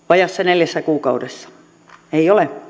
vajaassa neljässä kuukaudessa ei ole